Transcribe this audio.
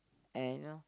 and you know